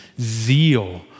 zeal